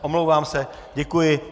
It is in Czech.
Omlouvám se, děkuji.